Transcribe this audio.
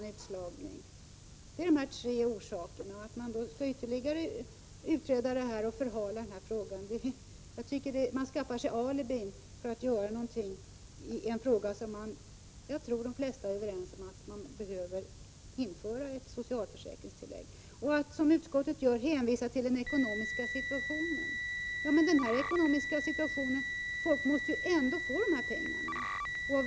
Detta är de tre orsakerna. Om man ytterligare utreder frågan är det bara för att förhala och skaffa sig alibi för att inte göra någonting. Jag tror att de flesta är överens om att man behöver införa ett socialförsäkringstillägg. Utskottet hänvisar till den ekonomiska situationen, men folk måste ju ändå få dessa pengar.